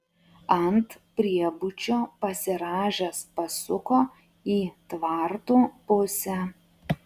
ant priebučio pasirąžęs pasuko į tvartų pusę